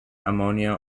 ammonia